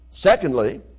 Secondly